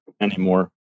anymore